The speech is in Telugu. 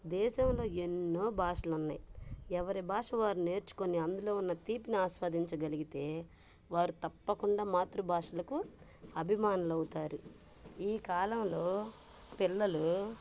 దేశంలో ఎన్నో భాషలున్నాయి ఎవరి భాష వారు నేర్చుకొని అందులో ఉన్న తీపిని ఆస్వాదించగలిగితే వారు తప్పకుండా మాతృభాషలకు అభిమానులవుతారు ఈ కాలంలో పిల్లలు